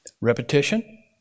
Repetition